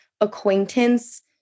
acquaintance